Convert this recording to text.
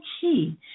key